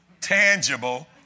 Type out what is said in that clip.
tangible